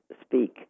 speak